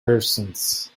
persons